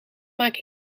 maak